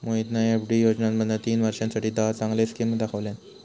मोहितना एफ.डी योजनांमधना तीन वर्षांसाठी दहा चांगले स्किम दाखवल्यान